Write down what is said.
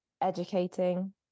educating